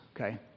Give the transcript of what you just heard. Okay